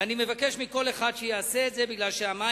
ואני מבקש מכל אחד שיעשה את זה, כי המים